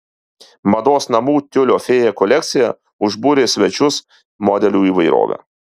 mados namų tiulio fėja kolekcija užbūrė svečius modelių įvairove